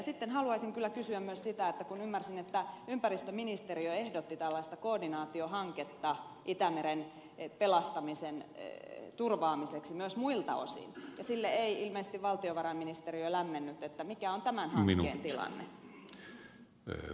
sitten haluaisin kyllä kysyä myös sitä että kun ymmärsin että ympäristöministeriö ehdotti tällaista koordinaatiohanketta itämeren pelastamisen turvaamiseksi myös muilta osin ja sille ei ilmeisesti valtiovarainministeriö lämmennyt että mikä on tämän hankkeen tilanne